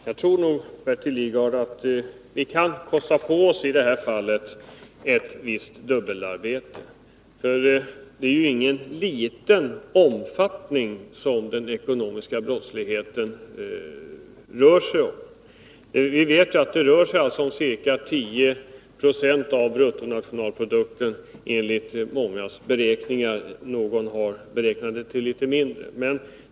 Herr talman! Jag tror nog, Bertil Lidgard, att vi kan kosta på oss ett visst dubbelarbete i detta fall. För det är ingen liten omfattning som den ekonomiska brottsligheten har. Enligt mångas beräkning uppgår den till ca 10 20 av bruttonationalprodukten — några har beräknat att den är litet lägre.